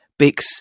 Bix